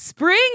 Spring